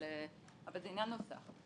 אבל זה עניין נוסף.